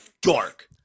dark